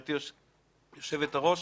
גברתי היושבת ראש,